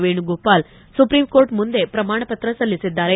Venugopal supreme court ಮುಂದೆ ಪ್ರಮಾಣ ಪತ್ರ ಸಲ್ಲಿಸಿದ್ದಾರೆ